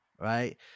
right